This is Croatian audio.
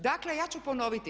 Dakle, ja ću ponoviti.